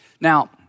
Now